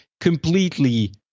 completely